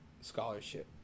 scholarship